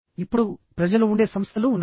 ఇప్పుడుప్రజలు ఉండే సంస్థలు ఉన్నాయి